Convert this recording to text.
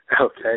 Okay